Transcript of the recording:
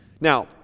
Now